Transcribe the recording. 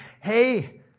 Hey